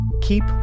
keep